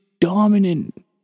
dominant